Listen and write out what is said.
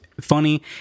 funny